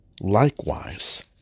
likewise